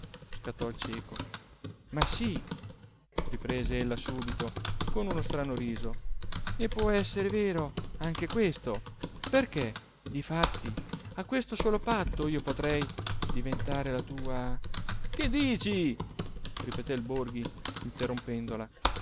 scattò il cieco ma sì riprese ella subito con uno strano riso e può esser vero anche questo perché difatti a questo solo patto io potrei diventare la tua che dici ripeté il borghi interrompendola